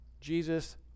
Jesus